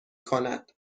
کند